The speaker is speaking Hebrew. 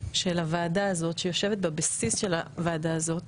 של הוועדה הזאת, בבסיס של הוועדה הזאת